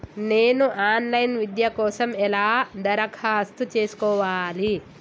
నేను online విద్య కోసం ఎలా దరఖాస్తు చేసుకోవాలి?